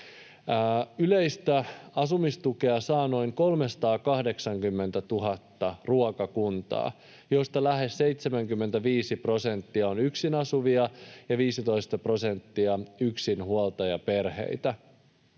Yleistä asumistukea saa noin 380 000 ruokakuntaa, joista lähes 75 prosenttia on yksin asuvia ja 15 prosenttia yksinhuoltajaperheitä.